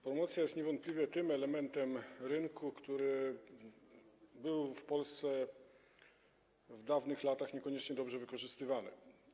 Promocja jest niewątpliwie tym elementem rynku, który był w Polsce w dawnych latach niekoniecznie dobrze wykorzystywany.